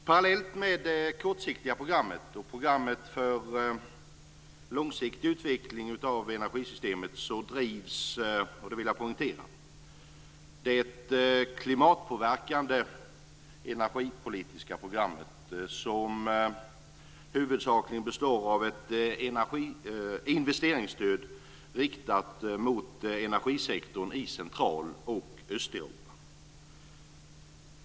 Parallellt med det kortsiktiga programmet och programmet för långsiktig utveckling av energisystemet drivs - och det vill jag poängtera - det klimatpåverkande energipolitiska programmet, som huvudsakligen består av ett investeringsstöd riktat mot energisektorn i Central och Östeuropa.